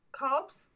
carbs